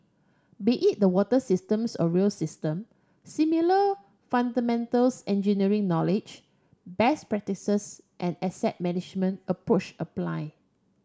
be it the water systems or rail system similar engineering knowledge best practices and asset management approach apply